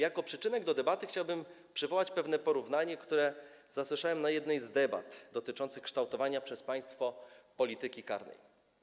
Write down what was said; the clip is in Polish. Jako przyczynek do debaty chciałbym przywołać pewne porównanie, które zasłyszałem na jednej z debat dotyczących kształtowania przez państwo polityki karnej.